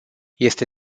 este